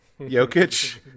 Jokic